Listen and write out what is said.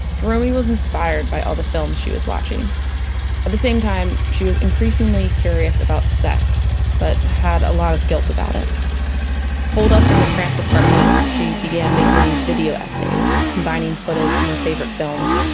jeromey was inspired by all the films she was watching. and at the same time, she was increasingly curious about sex, but had a lot of guilt about it holed up in the cramped apartment, she began making these video essays, combining footage from her favorite films,